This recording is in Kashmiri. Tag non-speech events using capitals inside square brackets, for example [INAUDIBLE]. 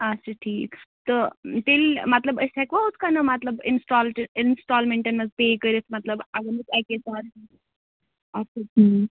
آچھا ٹھیٖک تہٕ تیٚلہِ مطلب أسۍ ہٮ۪کوا ہُتھ کَنہٕ مطلب اِنٕسٹال تہِ اِنٕسٹالمٮ۪نٛٹَن منٛز پے کٔرِتھ مطلب [UNINTELLIGIBLE] اچھا ٹھیٖک